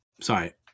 Sorry